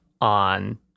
on